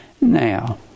Now